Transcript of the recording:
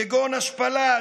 כגון השפלה,